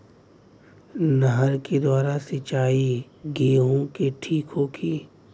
नहर के द्वारा सिंचाई गेहूँ के ठीक होखि?